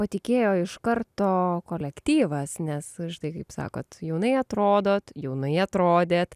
patikėjo iš karto kolektyvas nes štai kaip sakot jaunai atrodot jaunai atrodėt